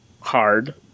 Hard